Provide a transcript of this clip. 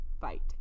fight